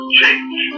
change